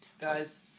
Guys